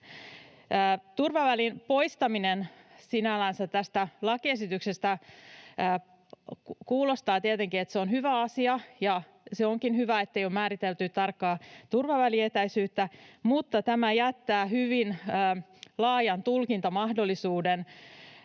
Turvavälin poistaminen sinällänsä tästä lakiesityksestä kuulostaa tietenkin hyvältä asialta, ja se onkin hyvä, ettei ole määritelty tarkkaa turvavälietäisyyttä, mutta tämä jättää hyvin laajan tulkintamahdollisuuden